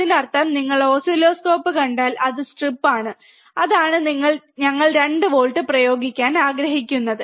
അതിനാൽ നിങ്ങൾ ഓസിലോസ്കോപ്പ് കണ്ടാൽ അത് സ്ട്രിപ്പ് ആണ് അതാണ് ഞങ്ങൾ 2 വോൾട്ട് പ്രയോഗിക്കാൻ ആഗ്രഹിക്കുന്നത്